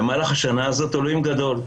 במהלך השנה הזאת אלוהים גדול,